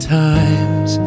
times